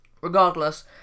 Regardless